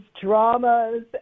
dramas